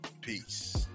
peace